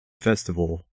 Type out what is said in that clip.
festival